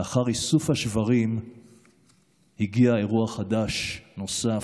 לאחר איסוף השברים הגיע אירוע חדש נוסף,